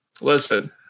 Listen